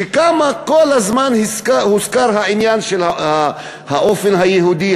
כמה הוזכר כל הזמן העניין של האופן היהודי,